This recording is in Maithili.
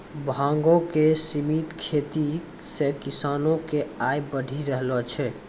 भांगो के सिमित खेती से किसानो के आय बढ़ी रहलो छै